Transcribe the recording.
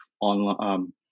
online